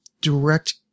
direct